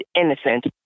innocent